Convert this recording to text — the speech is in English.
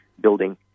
building